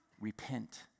repent